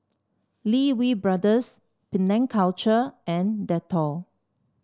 Lee Wee Brothers Penang Culture and Dettol